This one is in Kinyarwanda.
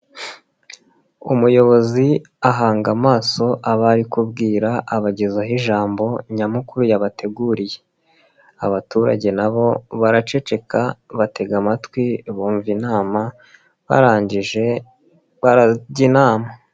Umuyobozi ahanga amaso abo ari kubwira abagezaho ijambo nyamukuru yabateguriye . Abaturage na bo baraceceka batega amatwi bumva inama barangije barajya inama.